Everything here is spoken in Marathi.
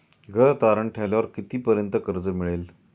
घर तारण ठेवल्यावर कितीपर्यंत कर्ज मिळेल?